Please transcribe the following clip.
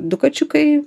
du kačiukai